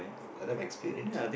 let them experience